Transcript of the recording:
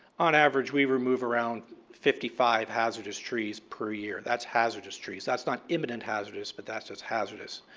on average, we remove around fifty five hazardous trees per year. that's hazardous trees. that's not imminent hazardous. but that's that's hazardous.